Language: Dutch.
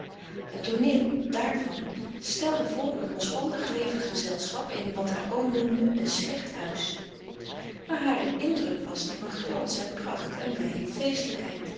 des doods stelde voor een losbandig levend gezelschap in wat haar oom noemde een slecht huis maar haar indruk was die van glans en pracht en blije feestelijkheid